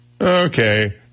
Okay